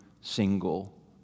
single